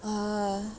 uh